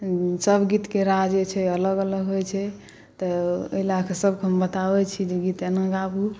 सबगीतके राग जे होइ छै अलग अलग होइ छै तऽ ओहि लऽ कऽ सबके हम बताबै छी कि गीत एना गाबू